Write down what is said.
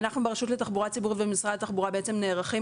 אנחנו ברשות לתחבורה ציבורית במשרד התחבורה נערכים